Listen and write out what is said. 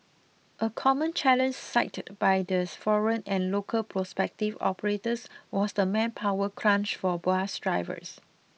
a common challenge cited by theirs foreign and local prospective operators was the manpower crunch for bus drivers